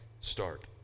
start